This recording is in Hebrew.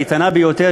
האיתנה ביותר,